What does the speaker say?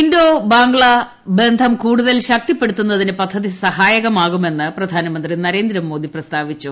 Indo Bangla ബന്ധം കൂടുതൽ ശക്തിപ്പെടുത്തുന്നതിന് പദ്ധതി സഹായകമാകുമെന്ന് പ്രധാനമന്ത്രി നരേന്ദ്രമോദി പ്രസ്താവിച്ചു